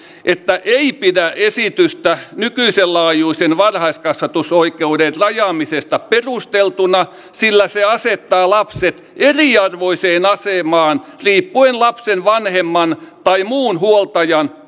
että liitto ei pidä esitystä nykyisen laajuisen varhaiskasvatusoikeuden rajaamisesta perusteltuna sillä se asettaa lapset eriarvoiseen asemaan riippuen lapsen vanhemman tai muun huoltajan